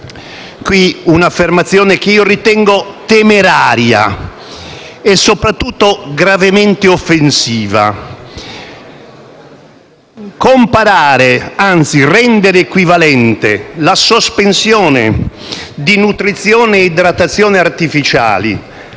un'affermazione che ritengo temeraria e soprattutto gravemente offensiva: rendere equivalente la sospensione di nutrizione e di idratazione artificiali